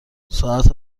ساعت